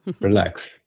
relax